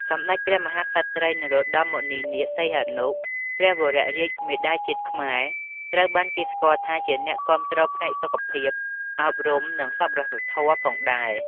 សម្តេចព្រះមហាក្សត្រី នរោត្តម មុនិនាថ សីហនុ ព្រះវររាជមាតាជាតិខ្មែរត្រូវបានគេស្គាល់ថាជាអ្នកគាំទ្រផ្នែកសុខភាព អប់រំ និងសប្បុរសធម៌ផងដែរ។